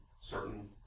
certain